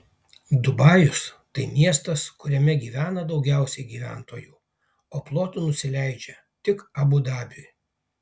dubajus tai miestas kuriame gyvena daugiausiai gyventojų o plotu nusileidžia tik abu dabiui